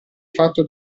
fatto